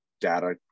data